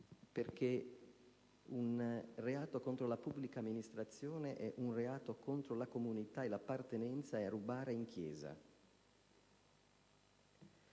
un reato contro la pubblica amministrazione è contro la comunità e l'appartenenza; è come rubare in chiesa.